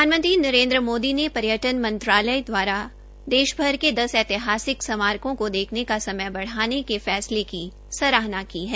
प्रधानमंत्री नरेन्द्र मोदी ने पर्यटन मंत्रालय द्वारा देशभर के दस ऐतिहासिक स्मारकों को देखने की समय बढ़ाने के फैसले की सराहना की है